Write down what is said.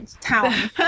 Town